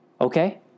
Okay